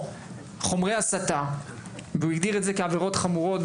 חומרי הסתה שהוגדרו כעבירות חמורות,